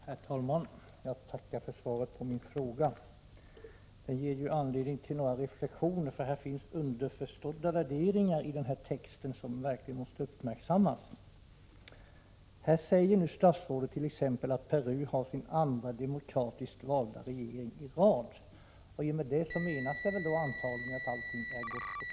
Herr talman! Jag tackar för svaret på min fråga. Svaret ger anledning till några reflexioner, eftersom det i texten finns underförstådda värderingar som verkligen måste uppmärksammas. Statsrådet säger t.ex. att Peru nu har sin andra demokratiskt valda regering i rad. Med det menas antagligen att allting är gott och väli Peru.